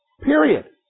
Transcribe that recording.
Period